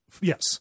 yes